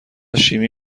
شیمی